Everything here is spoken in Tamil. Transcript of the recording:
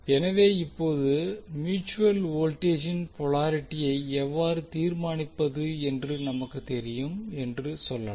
எனவே இப்போது மியூட்சுவல் வோல்டேஜின் போலாரிட்டியை எவ்வாறு தீர்மானிப்பது என்று நமக்கு தெரியும் என்று சொல்லலாம்